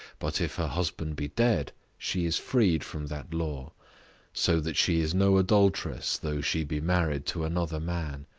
but if her husband be dead she is freed from that law so that she is no adulteress though she be married to another man.